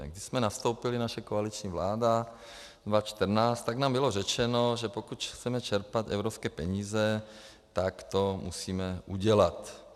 Když jsme nastoupili, naše koaliční vláda 2014, tak nám bylo řečeno, že pokud chceme čerpat evropské peníze, tak to musíme udělat.